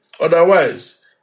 otherwise